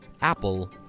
apple